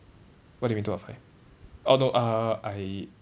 what do you mean two out of five oh no uh I